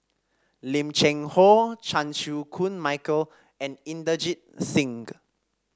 Lim Cheng Hoe Chan Chew Koon Michael and Inderjit Singh